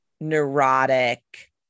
neurotic